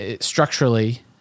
structurally